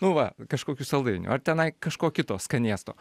nu va kažkokių saldainių ar tenai kažko kito skanėsto